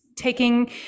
taking